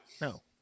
No